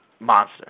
Monster